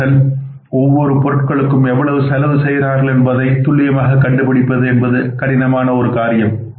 இவர்கள் ஒவ்வொரு பொருட்களுக்கும் எவ்வளவு செலவு செய்கிறார்கள் என்பதை துல்லியமாக கண்டுபிடிப்பது என்பது கடினமான ஒரு காரியம்